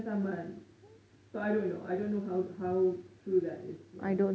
kena saman so I don't know I don't know how true that is ya